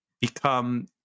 become